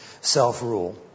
self-rule